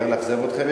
מצטער לאכזב אתכם.